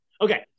Okay